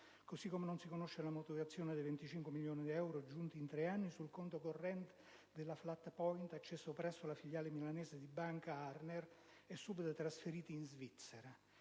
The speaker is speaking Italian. così come non si conosce la motivazione dei 25 milioni di euro giunti in tre anni sul conto corrente della Flat Point, acceso presso la filiale milanese di Banca Arner, e subito trasferiti in Svizzera.